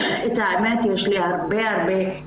את האמת יש לי עוד הרבה שאלות,